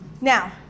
Now